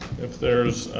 if there's